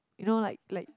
you know like like